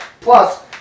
Plus